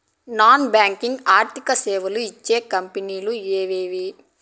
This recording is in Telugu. నాన్ బ్యాంకింగ్ ఆర్థిక సేవలు ఇచ్చే కంపెని లు ఎవేవి?